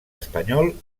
espanyol